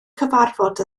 cyfarfod